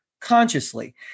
consciously